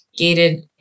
gated